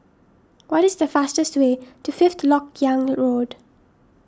what is the fastest way to Fifth Lok Yang Road